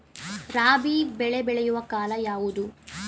ರಾಬಿ ಬೆಳೆ ಬೆಳೆಯುವ ಕಾಲ ಯಾವುದು?